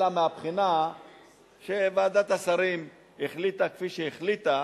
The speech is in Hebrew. אלא מהבחינה שוועדת השרים החליטה כפי שהחליטה,